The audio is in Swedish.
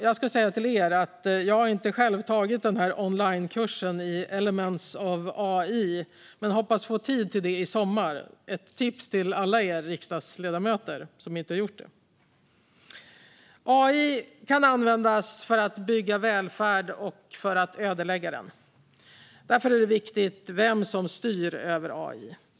Jag har själv inte gått onlinekursen Elements of AI men hoppas få tid till det i sommar. Det är ett tips till alla riksdagsledamöter som inte gjort det. AI kan användas för att bygga välfärd och för att ödelägga den. Därför är det viktigt vem som styr över AI.